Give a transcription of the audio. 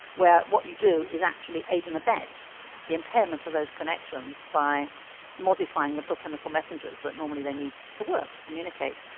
where what you do is actually aid and abet the impairment of those connections by modifying little chemical messengers that normally they need to work, to communicate.